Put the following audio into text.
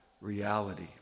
reality